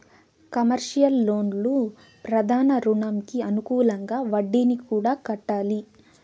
commercial లోన్లు ప్రధాన రుణంకి అనుకూలంగా వడ్డీని కూడా కట్టాలి